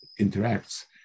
interacts